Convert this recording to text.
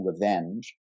revenge